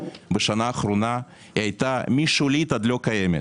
בשנה האחרונה הייתה משולית עד לא קיימת.